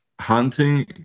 hunting